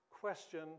question